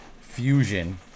fusion